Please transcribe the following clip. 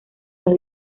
los